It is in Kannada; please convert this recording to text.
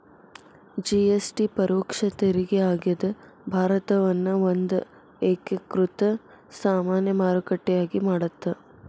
ಜಿ.ಎಸ್.ಟಿ ಪರೋಕ್ಷ ತೆರಿಗೆ ಆಗ್ಯಾದ ಭಾರತವನ್ನ ಒಂದ ಏಕೇಕೃತ ಸಾಮಾನ್ಯ ಮಾರುಕಟ್ಟೆಯಾಗಿ ಮಾಡತ್ತ